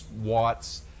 Watts